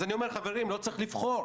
אז אני אומר, חברים, לא צריך לבחור.